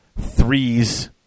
threes